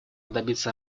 добиться